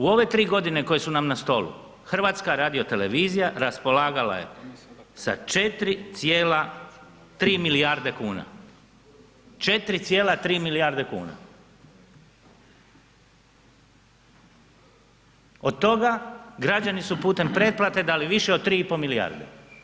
U ove tri godine koje su nam stolu, HRT raspolagala je sa 4,3 milijarde kuna, 4,3 milijarde kuna od toga građani su putem pretplate dali više od 3,5 milijarde.